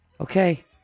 Okay